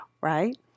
right